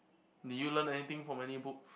did you learn anything from any books